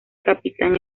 capitán